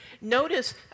Notice